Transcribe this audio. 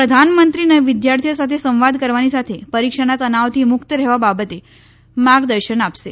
પ્રધાનમંત્રી વિદ્યાર્થીઓ સાથે સંવાદ કરવાની સાથે પરીક્ષાના તનાવથી મુકત રહેવા બાબતે માર્ગદર્શન આપશે